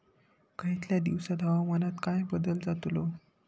यतल्या दिवसात हवामानात काय बदल जातलो?